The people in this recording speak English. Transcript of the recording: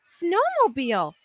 snowmobile